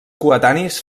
coetanis